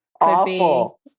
awful